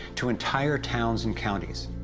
to entire towns and counties.